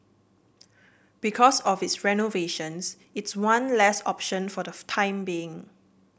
because of its renovations it's one less option for the time being